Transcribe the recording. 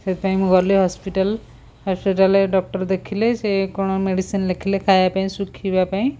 ସେଥିପାଇଁ ମୁଁ ଗଲି ହସ୍ପିଟାଲ୍ ହସ୍ପିଟାଲ୍ରେ ଡକ୍ଟର୍ ଦେଖିଲେ ସେ କ'ଣ ମେଡ଼ିସିନ୍ ଲେଖିଲେ ଖାଇବା ପାଇଁ ଶୁଖିବା ପାଇଁ